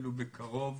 אפילו בקרוב